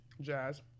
Jazz